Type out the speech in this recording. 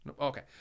Okay